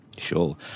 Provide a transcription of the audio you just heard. Sure